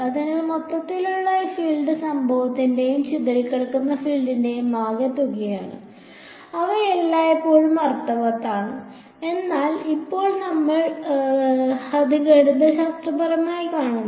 അതിനാൽ മൊത്തത്തിലുള്ള ഫീൽഡ് സംഭവത്തിന്റെയും ചിതറിക്കിടക്കുന്ന ഫീൽഡിന്റെയും ആകെത്തുകയാണ് അവ എല്ലായ്പ്പോഴും അർത്ഥവത്താണ് എന്നാൽ ഇപ്പോൾ നമ്മൾ അത് ഗണിതശാസ്ത്രപരമായി കാണുന്നു